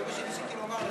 זה מה שניסיתי לומר לך.